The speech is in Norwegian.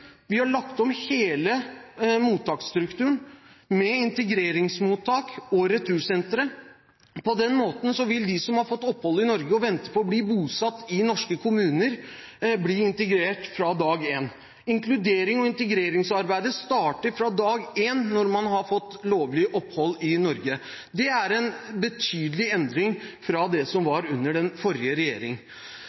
har vi lagt om hele mottaksstrukturen med integreringsmottak og retursentre. På den måten vil de som har fått opphold i Norge og venter på å bli bosatt i norske kommuner, bli integrert fra dag én. Inkluderings- og integreringsarbeidet starter fra dag én når man har fått lovlig opphold i Norge. Det er en betydelig endring fra det som var under den forrige